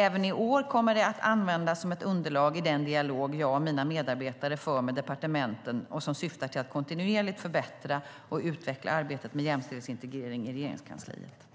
Även i år kommer det att användas som ett underlag i den dialog jag och mina medarbetare för med departementen och som syftar till att kontinuerligt förbättra och utveckla arbetet med jämställdhetsintegrering i Regeringskansliet.